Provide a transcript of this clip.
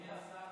אדוני השר,